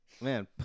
Man